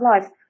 life